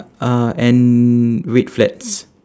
uh and red flats